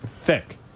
thick